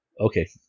Okay